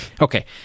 Okay